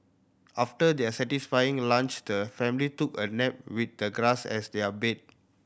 after their satisfying lunch the family took a nap with the grass as their bed